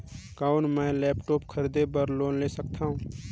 कौन मैं लेपटॉप खरीदे बर लोन ले सकथव?